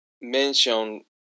mention